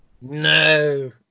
no